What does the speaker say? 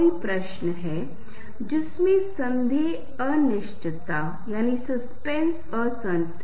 कुछ शिष्टाचारों में वैकल्पिक रूप से ध्वनि और मौन की व्यवस्था यह उस विशेष उपकरण की चुप्पी के विरोध के रूप में विशेष उपकरण की ध्वनि है